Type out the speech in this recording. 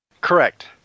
Correct